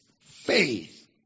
faith